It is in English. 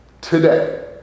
Today